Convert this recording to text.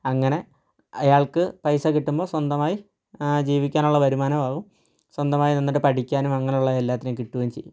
അങ്ങനെ അയാൾക്ക് പൈസ കിട്ടുമ്പോൾ സ്വന്തമായി ജീവിക്കാനുള്ള വരുമാനം ആവും സ്വന്തമായി നിന്നിട്ട് പഠിക്കാനും അങ്ങനെയുള്ള എല്ലാത്തിനും കിട്ടുകയും ചെയ്യും